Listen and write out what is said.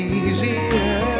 easier